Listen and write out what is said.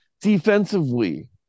defensively